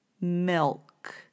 milk